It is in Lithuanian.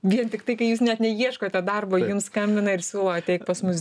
vien tiktai kai jūs net neieškote darbo skambina ir siūlo ateik pas mus